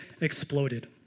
exploded